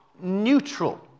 neutral